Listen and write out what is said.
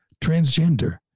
transgender